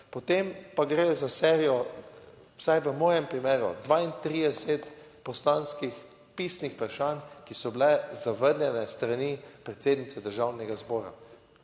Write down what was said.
Potem pa gre za serijo, vsaj v mojem primeru, 32 poslanskih pisnih vprašanj, ki so bile zavrnjene s strani predsednice Državnega zbora.